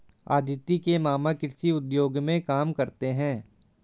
अदिति के मामा कृषि उद्योग में काम करते हैं